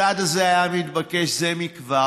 הצעד הזה היה מתבקש זה מכבר.